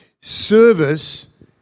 Service